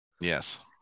Yes